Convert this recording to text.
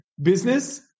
business